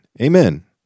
Amen